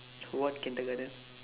what kindergarten